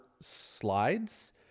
slides-